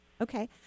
Okay